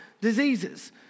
diseases